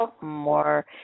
more